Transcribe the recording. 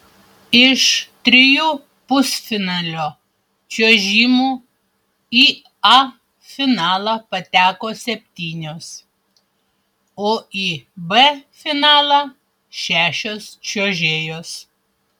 iš trijų pusfinalio čiuožimų į a finalą pateko septynios o į b finalą šešios čiuožėjos